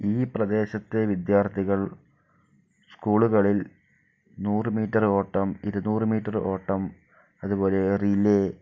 ഈ പ്രദേശത്തെ വിദ്യാർത്ഥികൾ സ്കൂളുകളിൽ നൂറ് മീറ്റർ ഓട്ടം ഇരുനൂറ് മീറ്റർ ഓട്ടം അതുപോലെ റിലേ